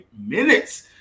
minutes